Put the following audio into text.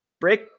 break